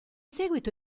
seguito